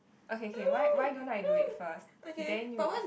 okay K K why why don't I do it first then you